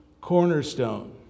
Cornerstone